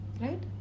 Right